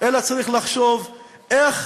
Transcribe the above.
אלא צריך לחשוב איך